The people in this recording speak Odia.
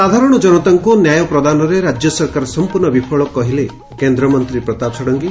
ସାଧାରଣ ଜନତାଙ୍କ ନ୍ୟାୟ ପ୍ରଦାନରେ ରାଜ୍ୟ ସରକାର ସମ୍ମର୍ଶ୍ର୍ଣ ବିଫଳ ବୋଲି କହିଲେ କେନ୍ଦ୍ରମନ୍ତୀ ପ୍ରତାପ ଷଡଙ୍ଗୀ